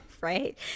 Right